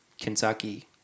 Kentucky